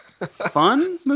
Fun